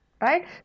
Right